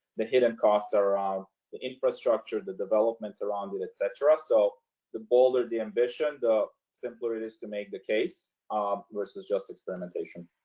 the hidden costs around the infrastructure, the development around it, etc. so the bolder the ambition, the simpler it is to make the case versus just experimentation.